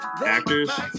Actors